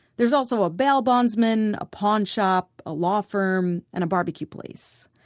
there's also a bail bondsman, a pawn shop, a law firm, and a barbecue place.